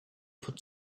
put